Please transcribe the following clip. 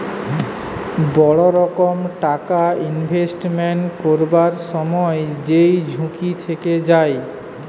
বড় রকম টাকা ইনভেস্টমেন্ট করবার সময় যেই ঝুঁকি থেকে যায়